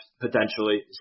potentially